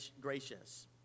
gracious